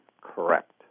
correct